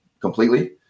completely